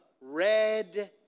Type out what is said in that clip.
Red